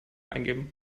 eingeben